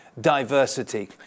diversity